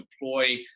deploy